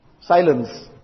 silence